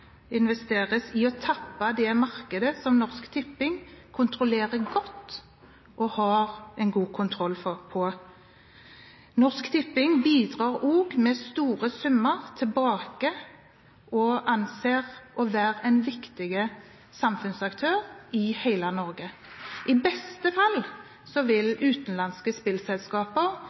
investeres i å tappe det markedet som Norsk Tipping kontrollerer godt og har en god kontroll på. Norsk Tipping bidrar også med store summer tilbake og anses å være en viktig samfunnsaktør i hele Norge. I beste fall